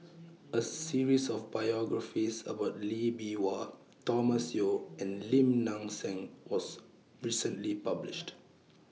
A series of biographies about Lee Bee Wah Thomas Yeo and Lim Nang Seng was recently published